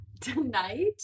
tonight